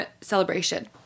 celebration